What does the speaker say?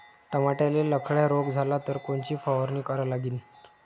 टमाट्याले लखड्या रोग झाला तर कोनची फवारणी करा लागीन?